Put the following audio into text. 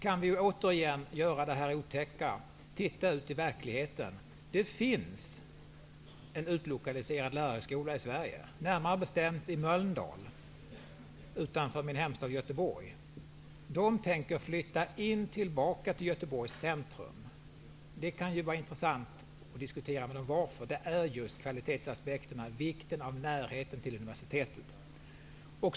Låt oss göra det här otäcka: Titta ut i verkligheten! Det finns en utlokaliserad lärarhögskola i Sverige, närmare bestämt i Mölndal, som ligger utanför min hemstad Göteborg. Den lärarhögskolan tänker man flytta tillbaka till Göteborgs centrum. Det skulle kunna vara intressant att diskutera anledningen därtill, och den är just kvalitetsaspekterna, som vikten av närheten till universitetet.